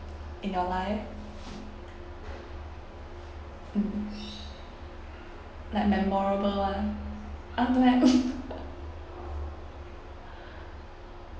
in your life mm like memorable one